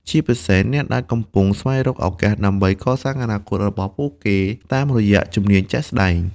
ជាពិសេសអ្នកដែលកំពុងស្វែងរកឱកាសដើម្បីកសាងអនាគតរបស់ពួកគេតាមរយៈជំនាញជាក់ស្តែង។